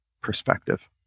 perspective